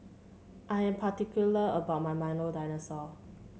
I am particular about my Milo Dinosaur